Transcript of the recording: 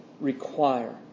require